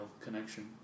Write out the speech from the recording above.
connection